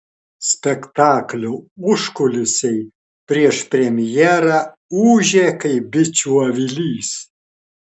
spektaklio užkulisiai prieš premjerą ūžė kaip bičių avilys